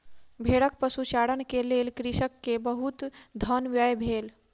भेड़क पशुचारण के लेल कृषक के बहुत धन व्यय भेल